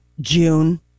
June